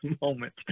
moment